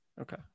Okay